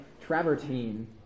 travertine